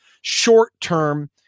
short-term